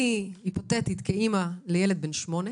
אני היפותטית כאימא לילד בן שמונה,